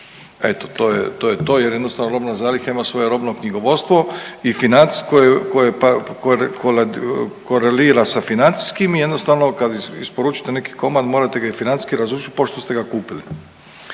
Eto to je to, jer jednostavno robna zaliha ima svoje robno knjigovodstvo i financijsko kolerira sa financijskim i jednostavno kad isporučite neki komad morate ga i financijski razdužiti pošto ste ga kupili.